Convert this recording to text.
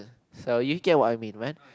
so you get what I mean man